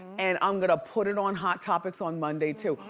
and i'm gonna put it on hot topics on monday too.